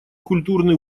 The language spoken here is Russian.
культурный